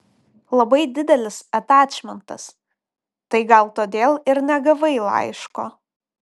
labai didelis atačmentas tai gal todėl ir negavai laiško